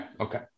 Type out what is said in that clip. Okay